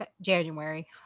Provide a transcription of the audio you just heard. January